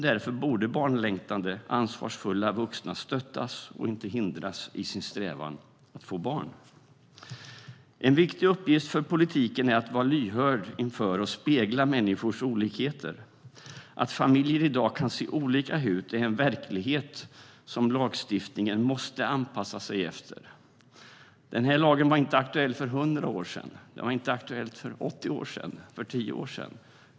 Därför borde barnlängtande ansvarsfulla vuxna stöttas och inte hindras i sin strävan efter att få barn. En viktig uppgift för politiken är att vara lyhörd inför och spegla människors olikheter. Att familjer i dag kan se olika ut är en verklighet som lagstiftningen måste anpassa sig efter. Den här lagen var inte aktuell för 100 år sedan, för 80 år sedan eller för tio år sedan.